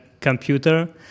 computer